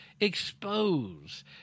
...expose